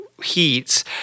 Heats